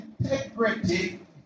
integrity